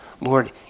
Lord